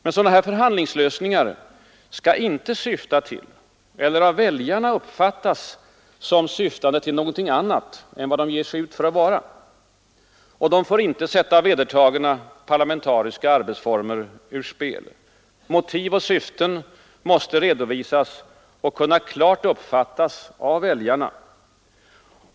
Men sådana förhandlingslösningar skall inte syfta till eller av väljarna uppfattas som syftande till något annat än vad de ger sig ut för att vara. De får inte sätta de vedertagna parlamentariska arbetsformerna ur spel. Motiv och syften måste redovisas och kunna klart uppfattas av väljarna.